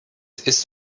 ist